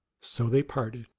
so they parted.